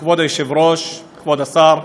כבוד היושב-ראש, כבוד השר,